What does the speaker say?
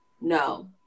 No